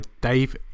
dave